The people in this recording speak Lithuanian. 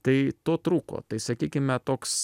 tai to trūko tai sakykime toks